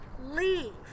leave